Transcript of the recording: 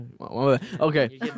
Okay